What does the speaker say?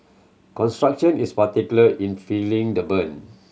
construction is particular in feeling the brunt